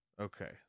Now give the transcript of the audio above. Okay